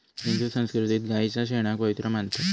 हिंदू संस्कृतीत गायीच्या शेणाक पवित्र मानतत